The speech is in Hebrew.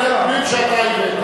הוא התייחס לנתונים שאתה הבאת.